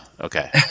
Okay